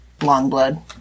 Longblood